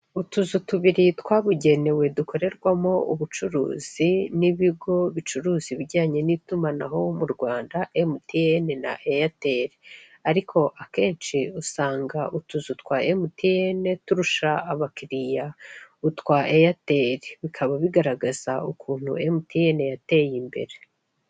Utuzu tubiri twabugenewe dukorerwamo ubucuruzi n'ibigo bicuruza ibijyanye n'itumanaho mu Rwanda MTN na Airtel ariko akenshi usanga utuzu twa MTN turusha abakiriya utwa Airtel bikaba bigaragaza ukuntu MTN yateye imbere.